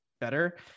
better